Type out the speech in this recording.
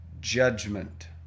Judgment